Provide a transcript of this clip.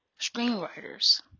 screenwriters